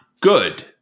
good